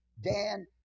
Dan